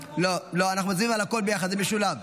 לא, אנחנו מצביעי על הכול ביחד, זה משולב.